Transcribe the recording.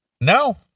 No